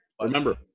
Remember